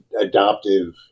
adoptive